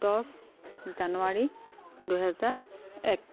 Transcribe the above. দহ জানুৱাৰী দুহেজাৰ এক